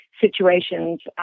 situations